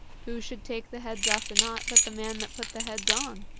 who should take the heads off the knot but the man that put the heads on?